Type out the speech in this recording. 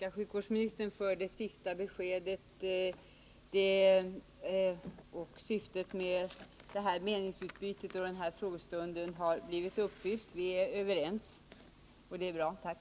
Herr talman! Jag vill också bara tacka sjukvårdsministern för det sista beskedet. Syftet med den här frågestunden och det här meningsutbytet har blivit uppfyllt. Vi är överens. Det är bra. Tack!